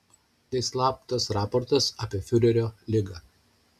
tai slaptas raportas apie fiurerio ligą